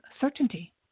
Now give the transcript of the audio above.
certainty